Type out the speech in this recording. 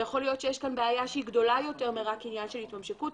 ויכול להיות שיש כאן בעיה שהיא גדולה יותר מרק עניין של התממשקות,